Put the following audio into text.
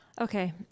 okay